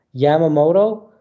Yamamoto